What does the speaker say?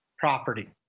property